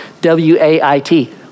W-A-I-T